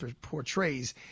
portrays